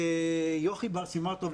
ליוכי סימן טוב,